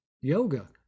yoga